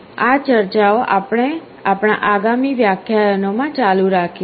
આ ચર્ચાઓ આપણે આપણા આગામી વ્યાખ્યાયનોમાં ચાલુ રાખીશું